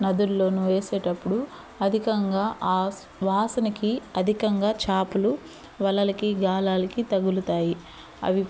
నదుల్లోనూ వేసేటప్పుడు అధికంగా ఆస్ వాసనకి అధికంగా చాపలు వలలకి గాలాలకి తగులుతాయి అవి